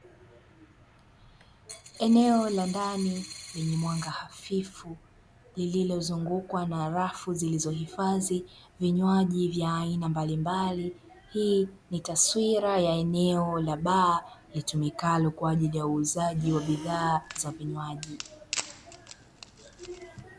Eneo la ndani lenye mwanga hafifu lililozungukwa na rafu zilizohifandhi vinywaji vya aina mbalimbali. Hii ni taswira ya eneo la baa litumikalo kwa ajili ya uuzaji wa bidhaa ya vinywaji.